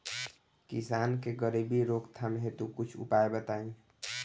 किसान के गरीबी रोकथाम हेतु कुछ उपाय बताई?